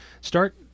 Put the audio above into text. start